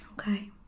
okay